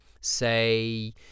Say